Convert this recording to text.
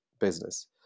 business